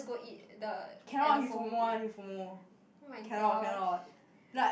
go eat the at the FOMO place oh-my-gosh